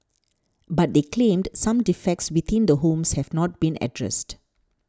but they claimed some defects within the homes have not been addressed